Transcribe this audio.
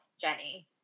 Jenny